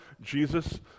Jesus